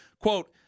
quote